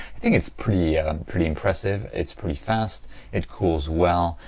i think it's pretty ah um pretty impressive. it's pretty fast it cools well,